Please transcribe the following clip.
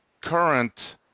current